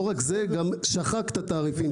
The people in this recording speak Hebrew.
לא רק זה, גם שחק את התעריפים שלו ב-10%.